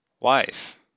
life